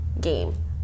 game